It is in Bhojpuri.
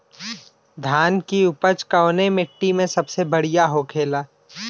धान की उपज कवने मिट्टी में सबसे बढ़ियां होखेला?